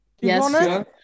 Yes